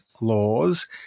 laws